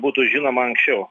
būtų žinoma anksčiau